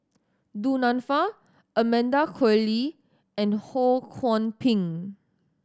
Du Nanfa Amanda Koe Lee and Ho Kwon Ping